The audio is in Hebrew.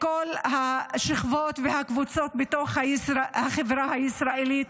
לכל השכבות והקבוצות בחברה הישראלית,